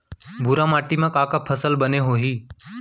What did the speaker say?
भूरा माटी मा का का फसल बने होही?